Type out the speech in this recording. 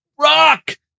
rock